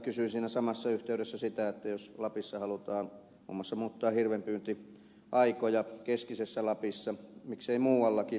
kysyin siinä samassa yhteydessä siitä jos lapissa halutaan muun muassa muuttaa hirvenpyyntiaikoja keskisessä lapissa miksei muuallakin